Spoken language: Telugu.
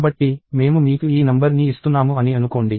కాబట్టి మేము మీకు ఈ నంబర్ని ఇస్తున్నాము అని అనుకోండి